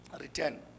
Return